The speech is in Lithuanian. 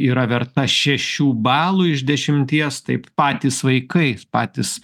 yra verta šešių balų iš dešimties taip patys vaikai patys